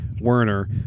Werner